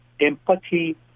empathy